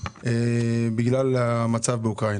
בגלל המצב באוקראינה.